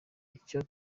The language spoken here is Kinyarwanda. icyo